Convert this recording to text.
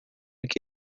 que